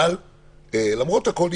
אבל למרות הכול,